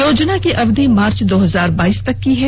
योजना की अवधि मार्च दो हजार बाइस तक की है